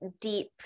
deep